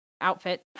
outfit